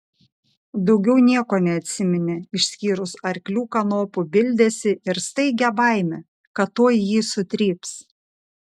daugiau nieko neatsiminė išskyrus arklių kanopų bildesį ir staigią baimę kad tuoj jį sutryps